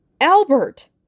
Albert